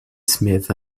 smith